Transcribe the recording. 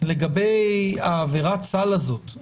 מאוד כשהוא שם רבע, ובצורה חסרת תועלת כשהוא